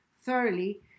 thoroughly